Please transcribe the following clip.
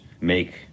make